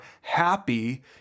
happy